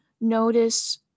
notice